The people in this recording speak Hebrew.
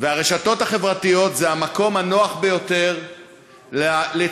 הרשתות החברתיות הן המקום הנוח ביותר לצבירת